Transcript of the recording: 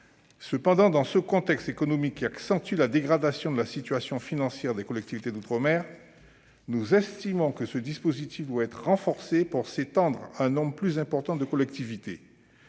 Cependant, dans un contexte économique qui accentue la dégradation de la situation financière des collectivités d'outre-mer, nous estimons que ce dispositif doit être encore renforcé pour s'étendre à un nombre plus important de collectivités.